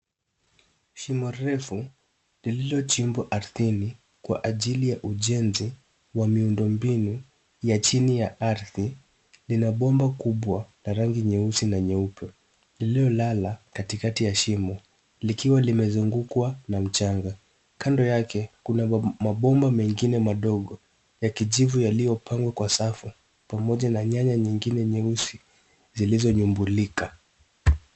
Shimo refu lililochibwa ardhini kwa ajili ya ujenzi wa miundombinu ya chini ya ardhi lina bomba kubwa la rangi nyeusi na nyeupe, lililolala katikati ya shimo likiwa limezungukwa na mchanga. Kando yake kuna mabomba mengine madogo ya kijivu yaliyopangwa kwa safu pamoja na nyaya nyingine nyeusi zilizonyumbulika.